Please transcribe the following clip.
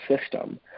system